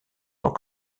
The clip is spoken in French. tant